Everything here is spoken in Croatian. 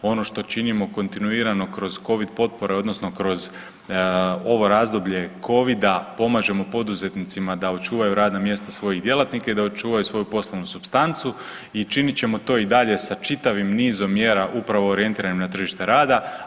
Ono što činimo kontinuirano kroz Covid potpore odnosno kroz ovo razdoblje Covida pomažemo poduzetnicima da očuvaju radna mjesta svojih djelatnika i da očuvaju svoju poslovnu supstancu i činit ćemo to i dalje sa čitavim nizom mjera upravo orijentiranim na tržište rada.